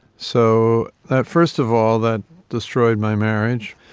so first of all that destroyed my marriage,